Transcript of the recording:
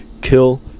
kill